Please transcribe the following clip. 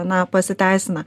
na pasiteisina